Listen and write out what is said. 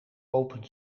opent